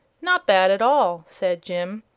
not bad at all, said jim.